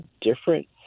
different